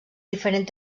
diferent